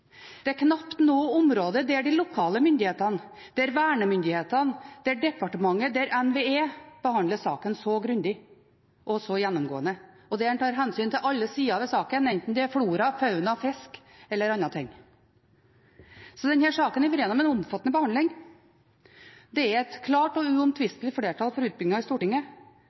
Det er knapt noe område der de lokale myndighetene, vernemyndighetene, departementet og NVE behandler saken så grundig og så gjennomgående, og der en tar hensyn til alle sider ved saken enten det er flora, fauna, fisk eller andre ting. Så denne saken har vært gjennom en omfattende behandling. Det er et klart og uomtvistelig flertall for utbyggingen i Stortinget,